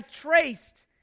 traced